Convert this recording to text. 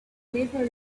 never